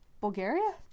Bulgaria